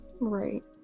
Right